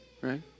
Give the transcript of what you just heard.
right